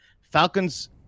Falcons